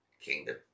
kingdom